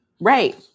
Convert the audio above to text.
Right